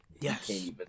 Yes